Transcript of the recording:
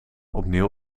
opnieuw